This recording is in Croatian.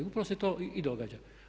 Upravo se to i događa.